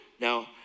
Now